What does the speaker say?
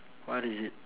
what is it